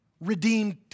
redeemed